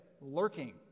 lurking